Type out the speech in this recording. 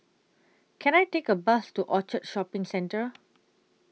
Can I Take A Bus to Orchard Shopping Centre